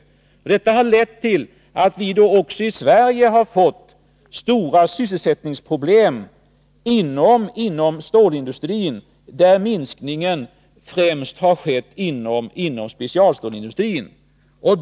Vad jag här anfört har lett till att vi också i Sverige har fått stora sysselsättningsproblem inom stålindustrin, där minskningen främst har skett inom specialstålsindustrin.